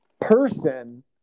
person